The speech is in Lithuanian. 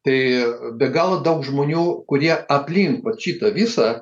tai be galo daug žmonių kurie aplink vat šitą visą